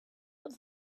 but